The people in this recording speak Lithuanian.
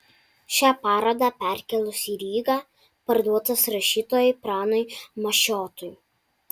šią parodą perkėlus į rygą parduotas rašytojui pranui mašiotui